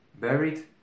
Buried